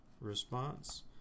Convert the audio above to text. Response